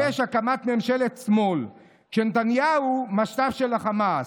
לשבש הקמת ממשלת שמאל ש'נתניהו משת"פ של החמאס'.